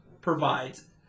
provides